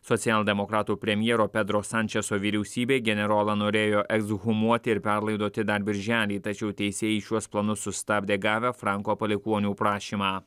socialdemokratų premjero pedro sančeso o vyriausybė generolą norėjo ekshumuoti ir perlaidoti dar birželį tačiau teisėjai šiuos planus sustabdė gavę franko palikuonių prašymą